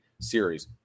series